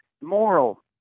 moral